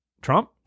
Trump